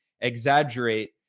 exaggerate